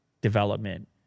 development